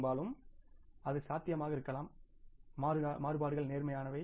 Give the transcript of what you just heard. பெரும்பாலும் அது சாத்தியமாக இருக்கலாம் மாறுபாடுகள் நேர்மறையானவை